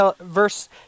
verse